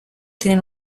tienen